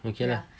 okay lah anyway